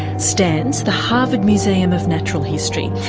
stands the harvard museum of natural history.